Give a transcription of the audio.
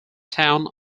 town